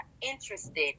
interested